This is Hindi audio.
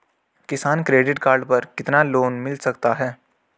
किसान क्रेडिट कार्ड पर कितना लोंन मिल सकता है?